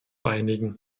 einigen